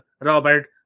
robert